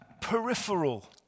peripheral